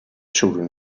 children